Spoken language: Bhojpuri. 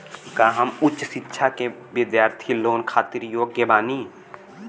का हम उच्च शिक्षा के बिद्यार्थी लोन खातिर योग्य बानी?